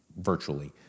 virtually